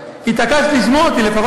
לא משנה.